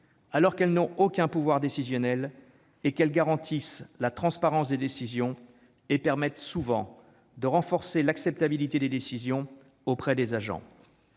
alors qu'elles n'ont aucun pouvoir décisionnel, qu'elles garantissent la transparence des décisions et qu'elles permettent souvent de renforcer l'acceptabilité des décisions auprès des agents.